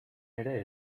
ere